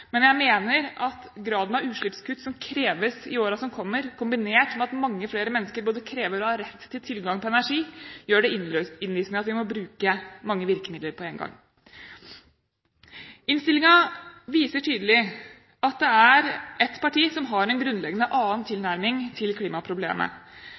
Men jeg mener at graden av utslippskutt som kreves i årene som kommer, kombinert med at mange flere mennesker krever, og har rett til, tilgang på energi, gjør det innlysende at vi må bruke mange virkemidler på én gang. Innstillingen viser tydelig at det er ett parti som har en grunnleggende annen